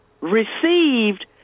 received